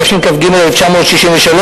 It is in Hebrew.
התשכ"ג 1963,